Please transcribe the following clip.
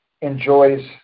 enjoys